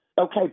okay